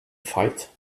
fight